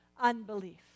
unbelief